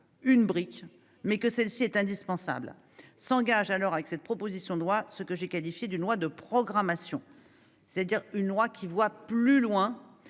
une brique, mais que celle-ci est indispensable. S'engage avec cette proposition de loi ce que je qualifierai de « loi de programmation », c'est-à-dire une loi qui voit plus loin